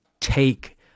take